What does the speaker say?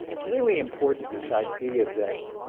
it's really important this idea that